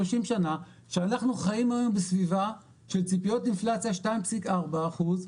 כשאנחנו חיים היום בסביבה של ציפיות אינפלציה 2.4 אחוז שנתי,